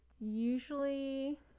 Usually